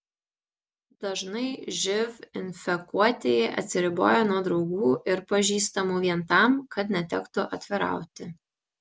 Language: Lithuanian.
dažnai živ infekuotieji atsiriboja nuo draugų ir pažįstamų vien tam kad netektų atvirauti